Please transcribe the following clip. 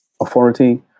authority